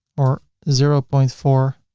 or zero point four.